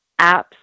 apps